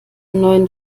neuen